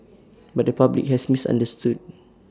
but the public has misunderstood